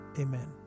Amen